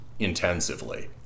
Intensively